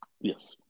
Yes